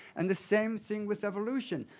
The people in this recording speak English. and the same thing with evolution.